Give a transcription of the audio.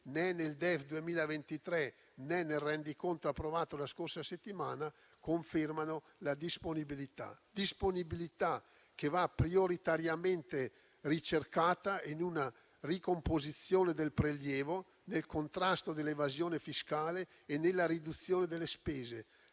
né nel DEF 2023, né nel rendiconto approvato la scorsa settimana, c'è conferma. Tale disponibilità va prioritariamente ricercata in una ricomposizione del prelievo, nel contrasto all'evasione fiscale e nella riduzione delle spese,